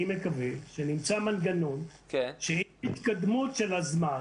אני מקווה שנמצא מנגנון של התקדמות של הזמן.